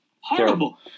Horrible